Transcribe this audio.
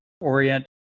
Orient